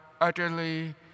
utterly